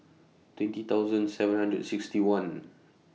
twenty thousand seven hundred sixty one